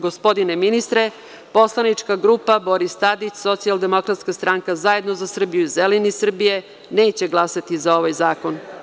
Gospodine ministre, Poslanička grupa Boris Tadić – Socijaldemokratska stranka „Zajedno za Srbiju“ – Zeleni Srbije, neće glasati za ovaj zakon.